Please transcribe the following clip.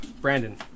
Brandon